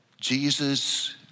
Jesus